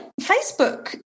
Facebook